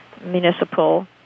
municipal